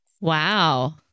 Wow